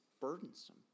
burdensome